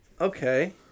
Okay